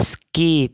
skip